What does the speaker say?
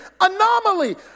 anomaly